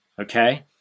okay